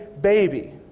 baby